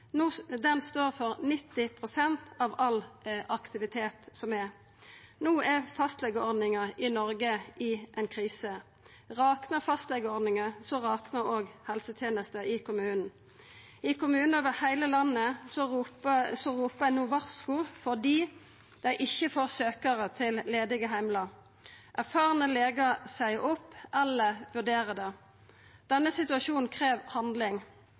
No er fastlegeordninga i Noreg i krise. Raknar fastlegeordninga, raknar òg helsetenesta i kommunen. I kommunar over heile landet ropar ein no varsku fordi dei ikkje får søkjarar til ledige heimlar. Erfarne legar seier opp – eller vurderer det. Denne situasjonen krev handling.